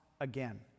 again